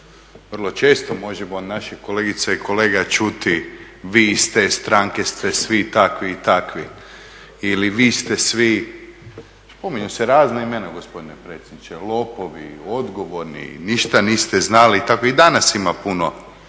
Vrlo često možemo od naših kolegica i kolega čuti vi iz te stranke ste svi takvi i takvi ili vi ste svi spominju se razna imena gospodine predsjedniče, lopovi, odgovorni, ništa niste znali i danas ima puno